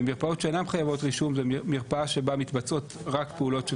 מרפאות שאינן חייבות רישום: מרפאה שבה מתבצעות פעולות של